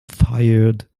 fired